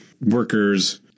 workers